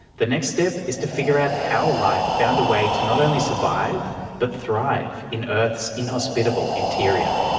the next step is to figure out how life found a way to not only survive but thrive in earth's inhospitable interior.